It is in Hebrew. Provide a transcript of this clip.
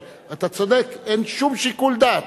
אבל אתה צודק: אין שום שיקול דעת.